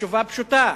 התשובה פשוטה.